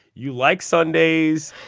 you like sundays,